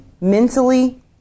mentally